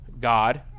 God